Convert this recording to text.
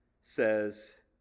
says